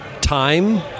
time